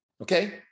okay